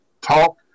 talk